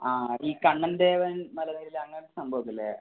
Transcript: ആ ഈ കണ്ണൻ ദേവൻ മലനിര അങ്ങനത്തെ സംഭവം ഒക്കെ ഇല്ലേ